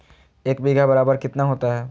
एक बीघा बराबर कितना होता है?